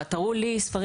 תראו לי ספר